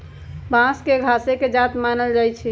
बांस के घासे के जात मानल जाइ छइ